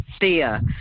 Thea